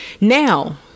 now